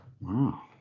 Wow